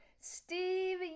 Steve